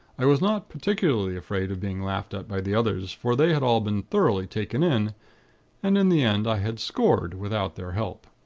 i was not particularly afraid of being laughed at by the others for they had all been thoroughly taken in and in the end, i had scored, without their help.